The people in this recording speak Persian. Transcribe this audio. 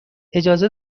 اجازه